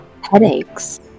Headaches